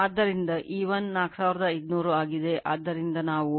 ಆದ್ದರಿಂದ E1 4500 ಆಗಿದೆ ಆದ್ದರಿಂದ ನಾವು 0